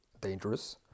dangerous